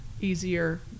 easier